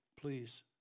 please